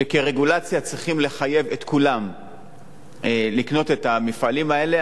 שכרגולציה צריכים לחייב את כולם לקנות את המפעלים האלה,